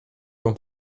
con